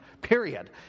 Period